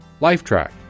Lifetrack